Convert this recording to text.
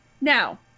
Now